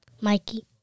Mikey